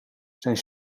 zijn